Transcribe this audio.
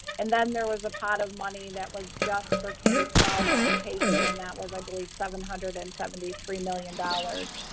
and then there was a pot of money that was just for k twelve education. and that was, i believe seven hundred and seventy three million dollars.